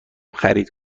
خرید